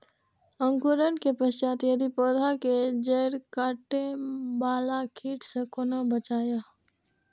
अंकुरण के पश्चात यदि पोधा के जैड़ काटे बाला कीट से कोना बचाया?